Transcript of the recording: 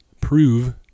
prove